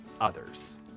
others